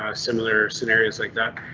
ah similar scenarios like that.